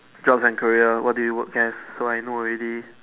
jobs and career what do you work as so I know already